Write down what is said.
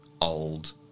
old